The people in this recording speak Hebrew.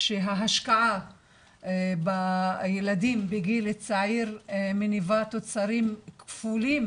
שההשקעה בילדים בגיל צעיר מניבה תוצרים כפולים